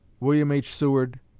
william h. seward,